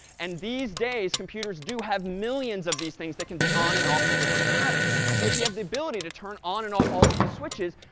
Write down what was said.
and these days computers do have millions of these things that can be on and off in different patterns. so if you have the ability to turn on and off all of these switches,